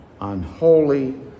unholy